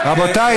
רבותיי,